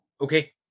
Okay